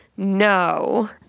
No